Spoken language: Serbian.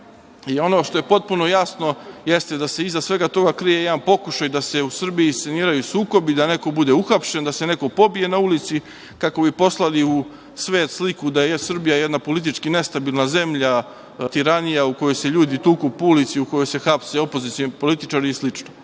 što je potpuno jasno, jeste da se iza svega toga krije jedan pokušaj da se u Srbiji isceniraju sukobi, da neko bude uhapšen, da se neko pobije na ulici, kako bi poslali u svet sliku da je Srbija jedna politički nestabilna zemlja, tiranija u kojoj se ljudi tuku po ulici u kojoj se hapse opozicioni političari i